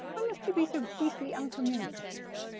why must you be so beastly uncommunicative?